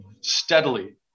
steadily